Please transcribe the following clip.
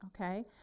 okay